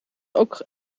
ook